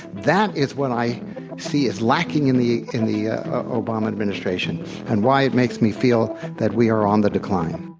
that is what i see us lacking in the in the obama administration and why it makes me feel that we are on the decline.